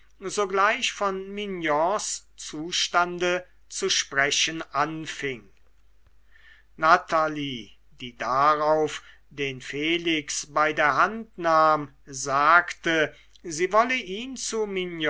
sogleich von mignons zustande zu sprechen anfing natalie die darauf den felix bei der hand nahm sagte sie wolle ihn